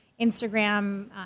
Instagram